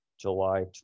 July